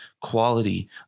quality